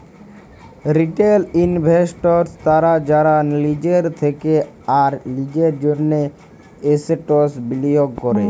retail investors তারা যারা লিজের থেক্যে আর লিজের জন্হে এসেটস বিলিয়গ ক্যরে